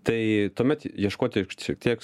tai tuomet ieškoti šiek tiek